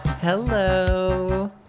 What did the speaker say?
Hello